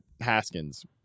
Haskins